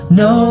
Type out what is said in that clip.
no